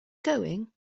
going